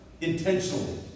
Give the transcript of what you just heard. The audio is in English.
intentionally